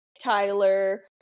Tyler